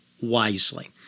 wisely